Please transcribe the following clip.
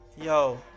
Yo